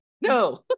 No